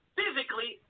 physically